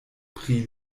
pri